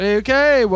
okay